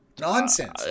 Nonsense